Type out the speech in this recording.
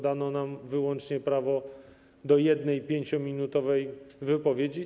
Dano nam wyłącznie prawo do jednej 5-minutowej wypowiedzi.